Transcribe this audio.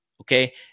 Okay